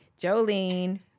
Jolene